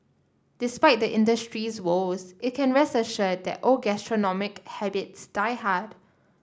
despite the industry's woes it can rest assured that old gastronomic habits die hard